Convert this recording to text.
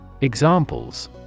Examples